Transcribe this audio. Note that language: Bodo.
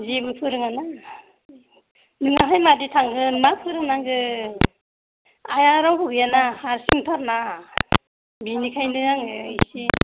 जेबो फोरोङाना नोङाहाय मादै थांगोन मा फोरोंनांगौ आइआ रावबो गैया ना हारसिंथार ना बिनिखायनो आङो एसे